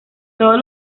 todos